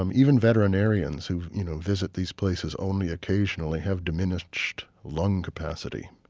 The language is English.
um even veterinarians who you know visit these places only occasionally have diminished lung capacity.